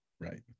right